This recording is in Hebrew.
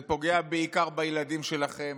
זה פוגע בעיקר בילדים שלכם.